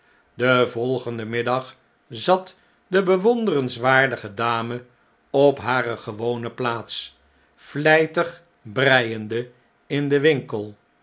den volgenden middag zat de bewonderenswaardige dame op hare gewone plaats vlijtig breiende in den winkel